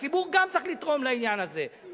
גם הציבור צריך לתרום לעניין הזה,